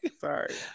Sorry